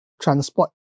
transport